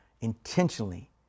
intentionally